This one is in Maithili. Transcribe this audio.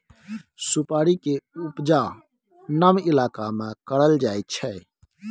सुपारी के उपजा नम इलाका में करल जाइ छइ